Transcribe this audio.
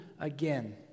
again